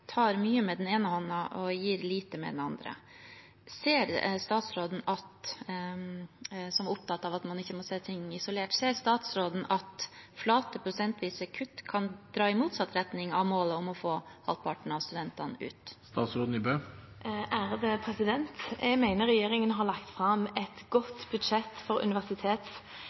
tar mye med den ene hånden og gir lite med den andre. Ser statsråden, som er opptatt av at man ikke må se isolert på ting, at flate, prosentvise kutt kan dra i motsatt retning av målet om å få halvparten av studentene ut? Jeg mener regjeringen har lagt fram et godt budsjett for universitets-